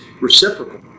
reciprocal